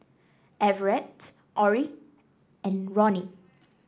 Everette Orrie and Roni